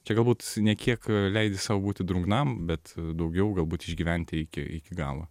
čia galbūt ne kiek leidi sau būti drungnam bet daugiau galbūt išgyventi iki iki galo